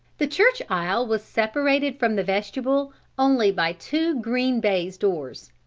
the church aisle was separated from the vestibule only by two green baize doors.